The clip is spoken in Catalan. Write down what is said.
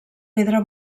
pedra